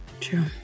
true